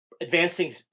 advancing